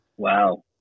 Wow